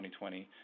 2020